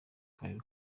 karere